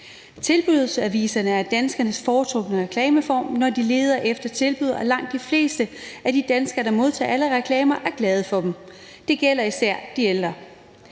Tilbudsaviserne er danskernes foretrukne reklameform, når de leder efter tilbud, og langt de fleste af de danskere, der modtager alle reklamer, er glade for dem. Det gælder især de ældre.